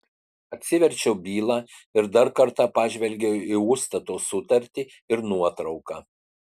atsiverčiau bylą ir dar kartą pažvelgiau į užstato sutartį ir nuotrauką